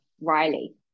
Riley